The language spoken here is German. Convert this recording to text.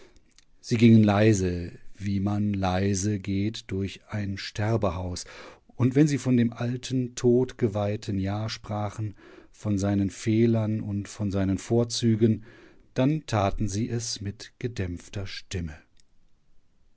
sie gingen leise wie man leise geht durch ein sterbehaus und wenn sie von dem alten todgeweihten jahr sprachen von seinen fehlern und von seinen vorzügen dann taten sie es mit gedämpfter stimme